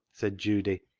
said judy,